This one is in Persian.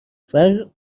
فرق